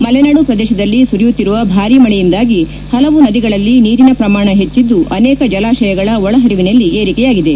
ಮಲೆನಾಡು ಪ್ರದೇಶದಲ್ಲಿ ಸುರಿಯುತ್ತಿರುವ ಭಾರೀ ಮಳೆಯಿಂದಾಗಿ ಹಲವು ನದಿಗಳಲ್ಲಿ ನೀರಿನ ಪ್ರಮಾಣ ಹೆಚ್ಚಿದ್ದು ಅನೇಕ ಜಲಾಶಯಗಳ ಒಳ ಹರಿವಿನಲ್ಲಿ ಏರಿಕೆಯಾಗಿದೆ